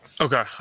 Okay